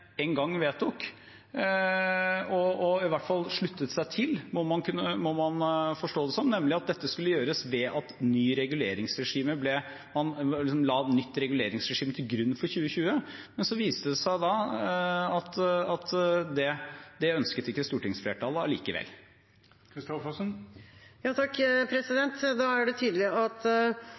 en gang vedtok, og i hvert fall sluttet seg til forståelsen av, nemlig at dette skulle gjøres ved at man la et nytt reguleringsregime til grunn for 2020. Men så viste det seg at det ønsket ikke stortingsflertallet allikevel. Da er det tydelig at